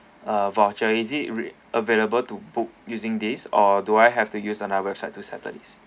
ah voucher is it red~ available to book using this or do I have to use on another website to settle this